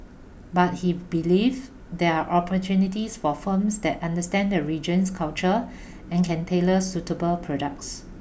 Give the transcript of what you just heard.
but he believes there are opportunities for firms that understand the region's culture and can tailor suitable products